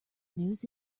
news